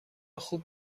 خوب